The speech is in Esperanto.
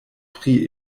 pri